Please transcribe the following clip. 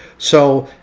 so